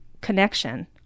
connection